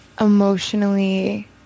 emotionally